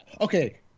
okay